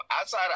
outside